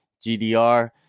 GDR